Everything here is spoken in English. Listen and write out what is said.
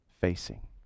facing